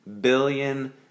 billion